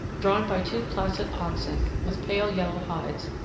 drawn by two placid oxen, with pale yellow hides,